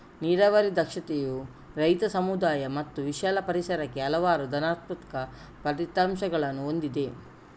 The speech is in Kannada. ನೀರಾವರಿ ದಕ್ಷತೆಯು ರೈತ, ಸಮುದಾಯ ಮತ್ತು ವಿಶಾಲ ಪರಿಸರಕ್ಕೆ ಹಲವಾರು ಧನಾತ್ಮಕ ಫಲಿತಾಂಶಗಳನ್ನು ಹೊಂದಿದೆ